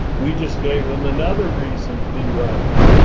we just gave them another reason to be right.